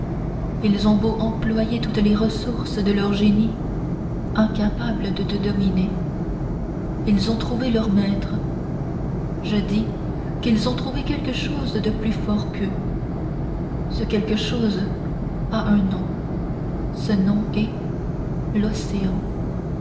ils ont beau employer toutes les ressources de leur génie incapables de te dominer ils on trouvé leur maître je dis qu'ils ont trouvé quelque chose de plus fort qu'eux ce quelque chose a un nom ce nom est l'océan